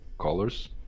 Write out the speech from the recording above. colors